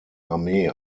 armee